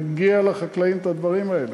מגיע לחקלאים את הדברים האלה.